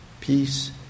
peace